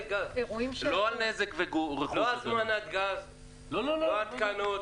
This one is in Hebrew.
לא הזמנת גז, לא התקנות.